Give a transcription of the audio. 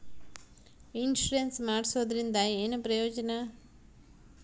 Insurance ಮಾಡ್ಸೋದರಿಂದ ಏನು ಪ್ರಯೋಜನ?